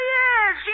yes